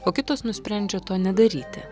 o kitos nusprendžia to nedaryti